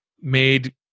made